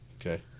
Okay